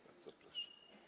Bardzo proszę.